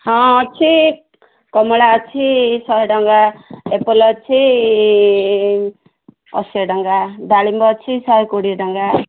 ହଁ ଅଛି କମଳା ଅଛି ଶହେ ଟଙ୍କା ଆପେଲ୍ ଅଛି ଅଶୀ ଟଙ୍କା ଡାଳିମ୍ବ ଅଛି ଶହେ କୋଡ଼ିଏ ଟଙ୍କା